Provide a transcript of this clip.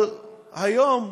אבל היום,